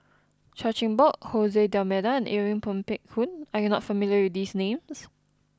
Chan Chin Bock Jose D'almeida Irene Ng Phek Hoong are you not familiar with these names